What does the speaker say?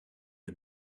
all